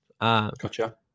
Gotcha